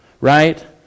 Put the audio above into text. right